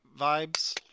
vibes